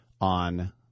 on